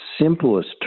simplest